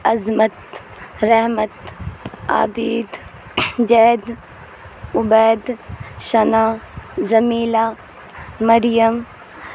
Azmat Rehmat Abid Zaid Ubaid Sana Jamila Maryam